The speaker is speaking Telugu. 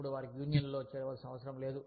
అప్పుడు వారికి యూనియన్లో చేరవలసిన అవసరం లేదు